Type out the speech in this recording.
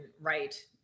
right